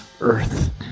Earth